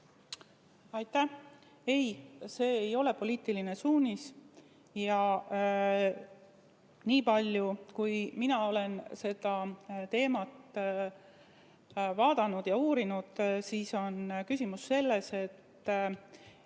palun! Ei, see ei ole poliitiline suunis. Niipalju, kui mina olen seda teemat vaadanud ja uurinud, on küsimus selles, et